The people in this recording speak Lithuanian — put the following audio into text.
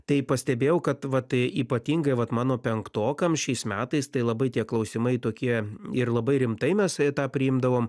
tai pastebėjau kad vat ypatingai vat mano penktokams šiais metais tai labai tie klausimai tokie ir labai rimtai mes tą priimdavom